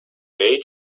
bay